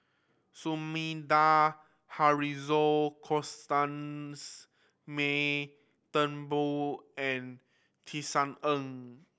Sumida Haruzo Constance May Turnbull and Tisa Ng